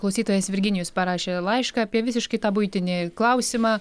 klausytojas virginijus parašė laišką apie visiškai tą buitinį klausimą